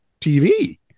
TV